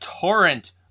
torrent